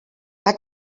van